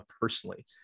personally